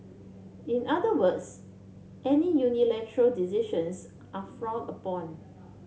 in other words any unilateral decisions are frowned upon